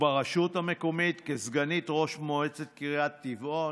וברשות המקומית, כסגנית ראש מועצת קריית טבעון,